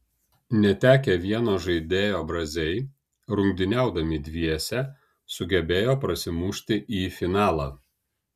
netekę vieno žaidėjo braziai rungtyniaudami dviese sugebėjo prasimušti į finalą